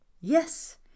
yes